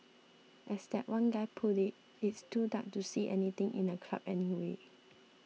as that one guy put it it's too dark to see anything in a club anyway